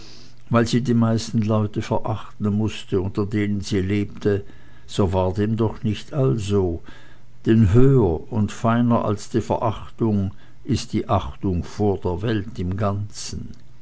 weil sie die meisten leute verachten mußte unter denen sie lebte so war dem doch nicht also denn höher und feiner als die verachtung ist die achtung vor der welt im ganzen